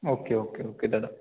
okay okay okay Dada